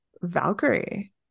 Valkyrie